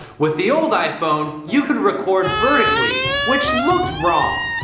with the old iphone, you could record vertically which looked wrong.